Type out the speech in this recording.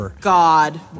god